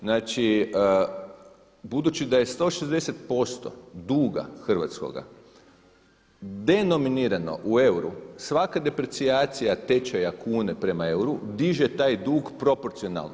Znači, budući da je 160% duga hrvatskoga denominirano u euru svaka deprecijacija tečaja kune prema euru diže taj dug proporcionalno.